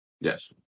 Yes